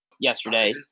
yesterday